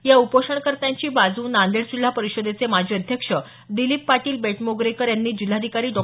या उपोषणकर्त्यांची बाजू नांदेड जिल्हा परिषदेचे माजी अध्यक्ष दिलीप पाटील बेटमोगरेकर यांनी जिल्हाधिकारी डॉ